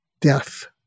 death